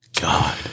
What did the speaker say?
God